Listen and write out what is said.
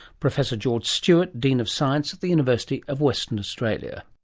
professor george stewart, dean of science at the university of western australia.